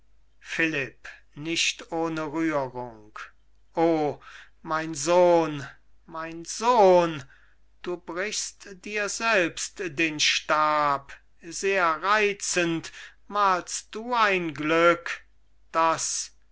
philipp nicht ohne rührung o mein sohn mein sohn du brichst dir selbst den stab sehr reizend malst du ein glück das